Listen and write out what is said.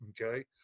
okay